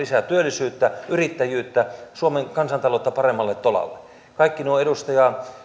saamme lisää työllisyyttä yrittäjyyttä suomen kansantaloutta paremmalle tolalle kaikki nuo edustaja